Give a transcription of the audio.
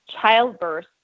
childbirth